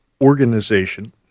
organization